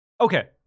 Okay